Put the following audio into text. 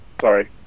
sorry